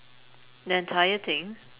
the entire thing